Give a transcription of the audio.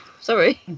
sorry